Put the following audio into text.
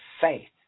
faith